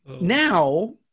now